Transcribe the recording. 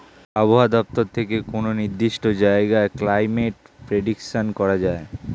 আবহাওয়া দপ্তর থেকে কোনো নির্দিষ্ট জায়গার ক্লাইমেট প্রেডিকশন করা যায়